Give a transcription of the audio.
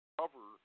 cover